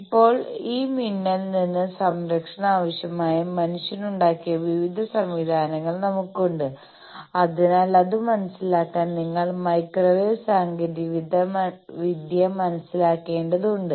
ഇപ്പോൾ ഈ മിന്നലിൽ നിന്ന് സംരക്ഷണം ആവശ്യമായ മനുഷ്യൻ ഉണ്ടാക്കിയ വിവിധ സംവിധാനങ്ങൾ നമുക്കുണ്ട് അതിനാൽ അത് മനസ്സിലാക്കാൻ നിങ്ങൾ മൈക്രോവേവ് സാങ്കേതികവിദ്യ മനസ്സിലാക്കേണ്ടതുണ്ട്